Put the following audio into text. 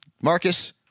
Marcus